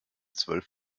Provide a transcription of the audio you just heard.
zwölf